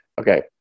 Okay